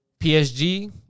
psg